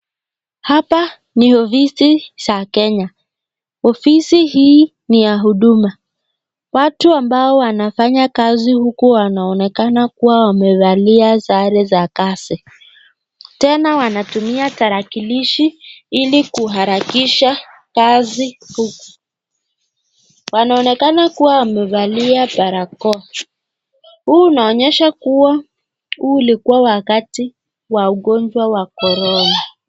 Hapa ni ofisi za Kenya. Ofisi hii ni ya huduma. Watu ambao wanafanya kazi huku wanaonekana kuwa wamevalia sare za kazi, tena wanatumia tarakilishi ili kuharakisha kazi huku. Wanaonekana kuwa wamevalia barakoa. Huu unaonyesha kuwa huu ulikuwa wakati wa ugonjwa wa korona.